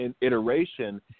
iteration